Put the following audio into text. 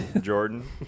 Jordan